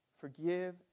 Forgive